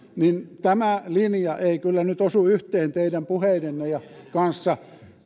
tämä linja ei kyllä nyt osu yhteen teidän puheidenne kanssa